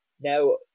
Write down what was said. now